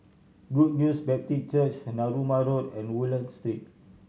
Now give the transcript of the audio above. Good News Baptist Church Narooma Road and Woodlands Street